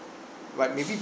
right maybe